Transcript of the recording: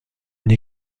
une